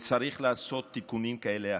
וצריך לעשות תיקונים כאלה ואחרים,